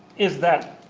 is that